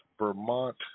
Vermont